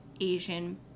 Asian